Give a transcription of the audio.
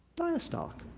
diastolic,